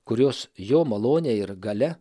kurios jo malonė ir galia